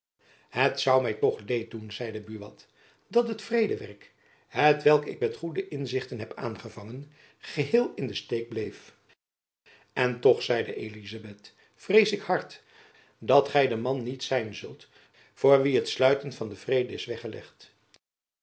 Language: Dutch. het zoû my toch leed doen zeide buat dat het vredewerk hetwelk ik met goede inzichten heb aangevangen geheel in de steek bleef en toch zeide elizabeth vrees ik hard dat gy de man niet zijn zult voor wien het sluiten van den vrede is weggelegd